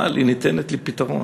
אבל היא ניתנת לפתרון.